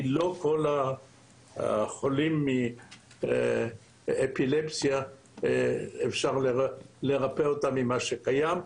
כי לא כל החולים מאפילפסיה אפשר לרפא עם מה שקיים.